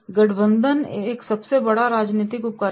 गठबंधन एक सबसे बड़ा राजनीतिक उपकरण है